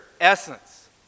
essence